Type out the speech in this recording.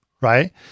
right